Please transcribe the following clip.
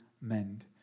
mend